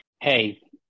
hey